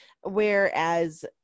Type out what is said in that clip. Whereas